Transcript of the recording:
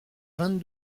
vingt